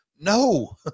No